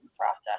process